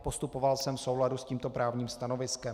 Postupoval jsem v souladu s tímto právním stanoviskem.